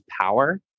power